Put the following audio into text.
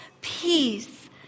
peace